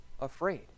afraid